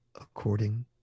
according